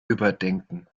überdenken